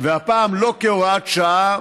והפעם לא כהוראת שעה